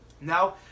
now